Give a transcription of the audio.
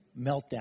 meltdown